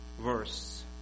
verse